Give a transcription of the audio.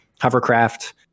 hovercraft